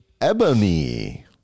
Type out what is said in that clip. Ebony